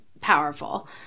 powerful